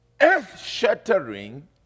earth-shattering